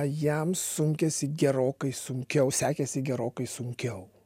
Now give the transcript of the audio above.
jam sunkėsi gerokai sunkiau sekėsi gerokai sunkiau